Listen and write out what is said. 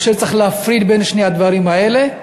אני חושב שצריך להפריד בין שני הדברים האלה,